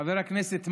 חבר הכנסת מרגי,